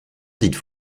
dites